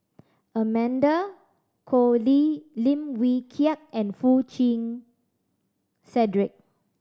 Amanda Koe Lee Lim Wee Kiak and Foo Chee Cedric